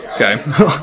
okay